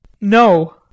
No